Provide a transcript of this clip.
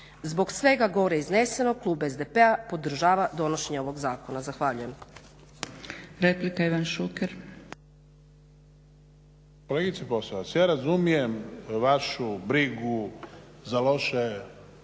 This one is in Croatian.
Zbog svega gore iznesenog klub SDP-a podržava donošenje ovog zakona. Zahvaljujem.